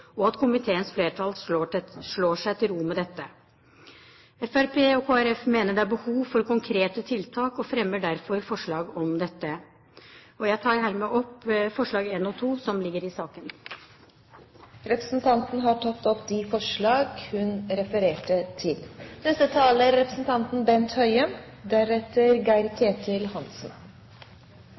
og at komiteens flertall slår seg til ro med dette. Fremskrittspartiet og Kristelig Folkeparti mener det er behov for konkrete tiltak og fremmer derfor forslag om dette. Jeg tar herved opp forslagene nr. 1 og 2, som står i innstillinga. Representanten Kari Kjønaas Kjos har tatt opp de forslagene hun refererte til.